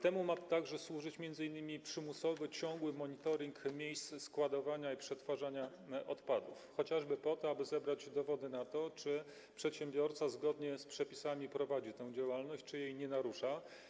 Temu ma także służyć m.in. przymusowy, stały monitoring miejsc składowania i przetwarzania odpadów, prowadzony chociażby po to, aby zebrać dowody na to, że przedsiębiorca zgodnie z przepisami prowadzi działalność czy że ich nie narusza.